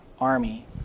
army